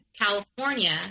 California